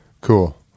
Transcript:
Cool